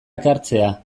ekartzea